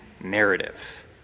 narrative